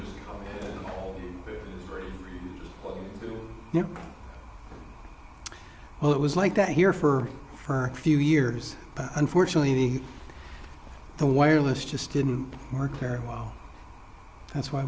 oh yeah well it was like that here for for a few years but unfortunately the the wireless just didn't work very well that's why